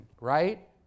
right